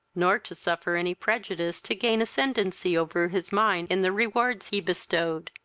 nor to suffer any prejudice to gain ascendancy over his mind in the rewards he bestowed,